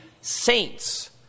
saints